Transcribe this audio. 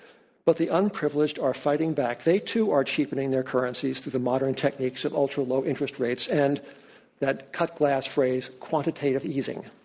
but the unprivileged are fighting back. they too are cheapening their currencies through the modern techniques of ultra-low interest rates and that cut glass phrase, quantitative easing.